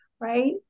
right